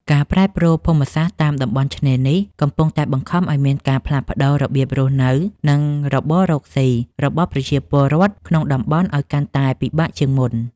ការប្រែប្រួលភូមិសាស្ត្រតាមតំបន់ឆ្នេរនេះ កំពុងតែបង្ខំឱ្យមានការផ្លាស់ប្តូររបៀបរស់នៅ និងរបររកស៊ីរបស់ប្រជាពលរដ្ឋក្នុងតំបន់ឱ្យកាន់តែពិបាកជាងមុន។